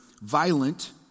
violent